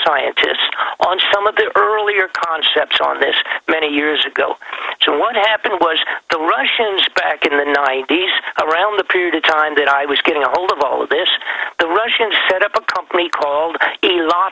scientists on some of the earlier concepts on this many years ago so what happened was the russians back in the ninety's around the period of time that i was getting a hold of all of this the russians set up a company called a lot